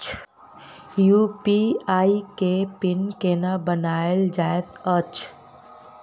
UPI केँ PIN केना बनायल जाइत अछि